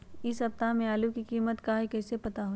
इ सप्ताह में आलू के कीमत का है कईसे पता होई?